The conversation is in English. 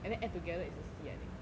and then add together is a C I think